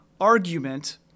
argument